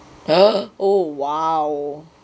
!huh! oh !wow!